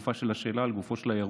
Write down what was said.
לגופה של השאלה, לגופו של האירוע.